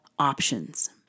options